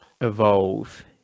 evolve